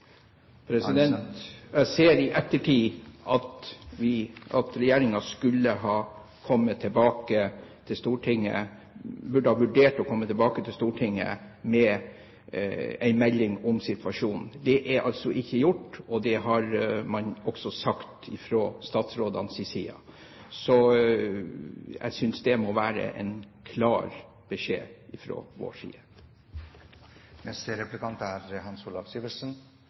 Jeg ser i ettertid at regjeringen burde ha vurdert å komme tilbake til Stortinget med en melding om situasjonen. Det er altså ikke gjort, det har man også sagt fra statsrådenes side. Så jeg synes det må være en klar beskjed fra vår